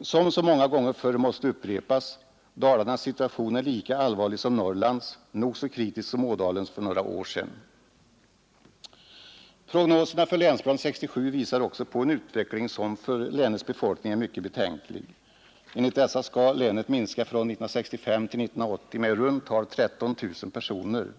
”Som så många gånger förr måste upprepas: Dalarnas situation är lika allvarlig som Norrlands, nog så kritisk som Ådalens för några år sedan.” Prognoserna för Länsplan 67 visar också på en utveckling, som för länets befolkning är mycket betänklig. Enligt dessa skulle länets invånare från 1965 till 1980 minska med i runt tal 13 000 personer.